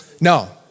No